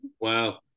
wow